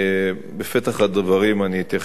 בפתח הדברים אני אתייחס בקצרה,